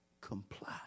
comply